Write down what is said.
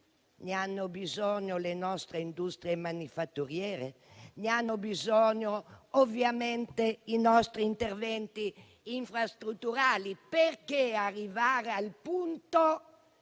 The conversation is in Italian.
Ne hanno bisogno le nostre industrie manifatturiere, ne hanno bisogno, ovviamente, i nostri interventi infrastrutturali: perché si è dovuti arrivare al punto